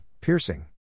Piercing